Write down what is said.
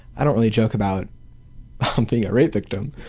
i don't really joke about um being a rape victim